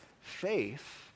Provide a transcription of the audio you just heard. faith